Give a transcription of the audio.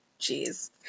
Jeez